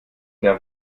der